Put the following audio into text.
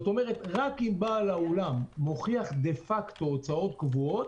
כלומר רק אם בעל האולם מוכיח דה פקטו הוצאות קבועות